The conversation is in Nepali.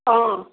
अँ